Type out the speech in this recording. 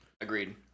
Agreed